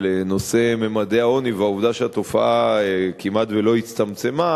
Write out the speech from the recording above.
נושא ממדי העוני והעובדה שהתופעה כמעט לא הצטמצמה,